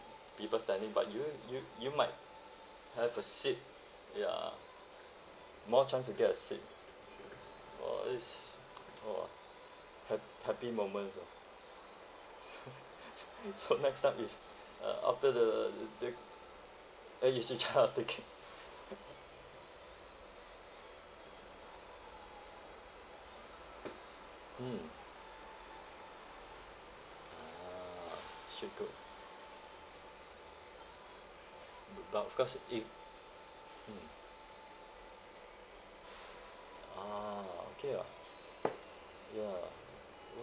people standing but you you you might have a seat ya more chance to get a seat !wah! it's !wah! hap~ happy moments ah so next time if uh after the the the then you see a child taking mm a'ah should do ah b~ but of course if mm a'ah okay ah ya